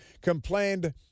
complained